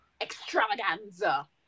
extravaganza